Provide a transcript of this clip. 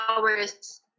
hours